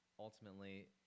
ultimately